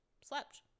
slept